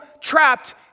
trapped